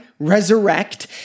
resurrect